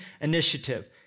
initiative